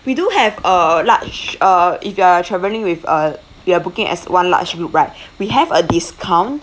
we do have a large uh if you are travelling with a you are booking as one large group right we have a discount